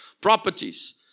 properties